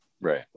Right